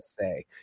say